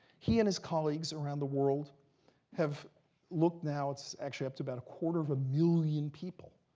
he and his colleagues around the world have looked now it's actually up to about a quarter of a million people,